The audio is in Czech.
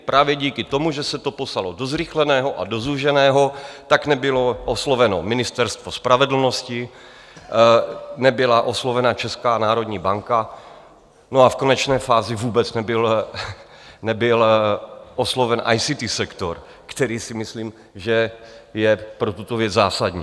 Právě díky tomu, že se to poslalo do zrychleného a do zúženého, nebylo osloveno Ministerstvo spravedlnosti, nebyla oslovena Česká národní banka a v konečné fázi vůbec nebyl osloven ICT sektor, který si myslím, že je pro tuto věc zásadní.